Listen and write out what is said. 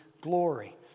glory